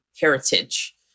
heritage